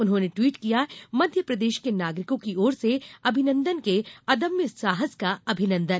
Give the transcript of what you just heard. उन्होंने ट्वीट किया मध्यप्रदेश के नागरिको की ओर से अभिनंदन के अदम्य साहस का अभिनंदन